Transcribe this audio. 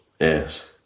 Yes